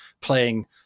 playing